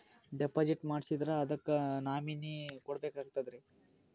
Deposit ಮಾಡ್ಸಿದ್ರ ಅದಕ್ಕ nominee ಕೊಡಬೇಕಾಗ್ತದ್ರಿ?